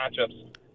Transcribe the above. matchups